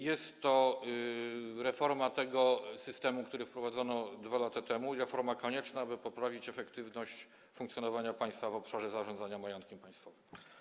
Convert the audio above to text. Jest to reforma tego systemu, który wprowadzono 2 lata temu, reforma konieczna, aby poprawić efektywność funkcjonowania państwa w obszarze zarządzania majątkiem państwowym.